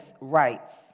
rights